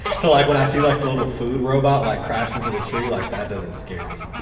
yeah so like when i see like the little food robot like crash into the tree, like that doesn't scare me.